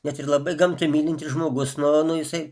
net ir labai gamtai mylintis žmogus nu nu jisai